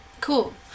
Cool